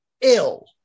ill